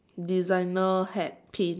designer hat pin